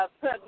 put